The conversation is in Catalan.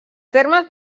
termes